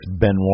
Benoit